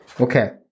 Okay